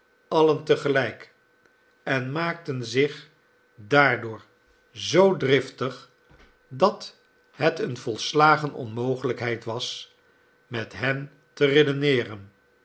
alien te gelijk en maakten zich daardoor zoo driftig dat het eene volslagene onmogelijkheid was met hen te redeneeren